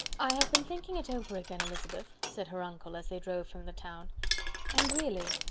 i have been thinking it over again, elizabeth, said her uncle, as they drove from the town and really,